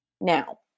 Now